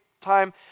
time